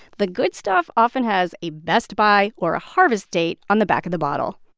the good stuff often has a best buy or a harvest date on the back of the bottle